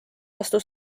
vastu